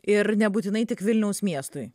ir nebūtinai tik vilniaus miestui